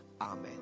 Amen